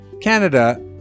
Canada